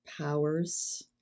Powers